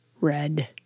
red